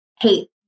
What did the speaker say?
hey